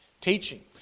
teaching